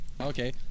Okay